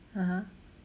(uh huh)